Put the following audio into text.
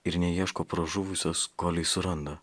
ir neieško pražuvusios kolei suranda